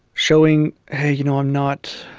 showing, hey, you know, i'm not